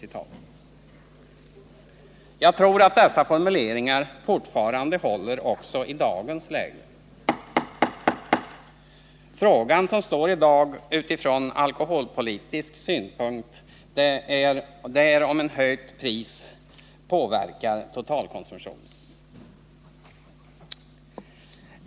Jag tror att dessa formuleringar håller också i dagens läge. Frågan som i dag ställs utifrån alkoholpolitisk synpunkt är om ett höjt pris påverkar totalkonsumtionen.